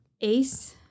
Ace